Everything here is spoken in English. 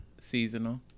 Seasonal